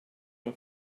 him